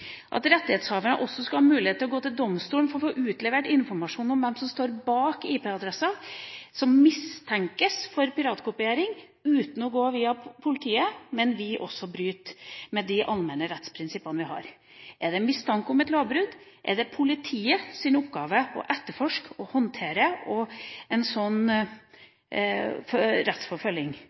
At rettighetshaverne også skal ha mulighet til å gå til domstolen for å få utlevert informasjon om hvem som står bak IP-adresser som mistenkes for piratkopiering uten å gå via politiet, mener vi bryter med de allmenne rettsprinsippene vi har. Er det mistanke om et lovbrudd, er det politiets oppgave å etterforske og håndtere en sånn rettsforfølging.